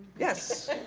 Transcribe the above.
yes,